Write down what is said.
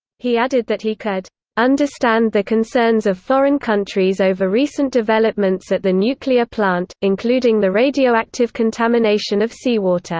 he added that he could understand the concerns of foreign countries over recent developments at the nuclear plant, including the radioactive contamination of seawater